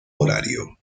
horario